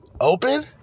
open